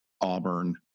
Auburn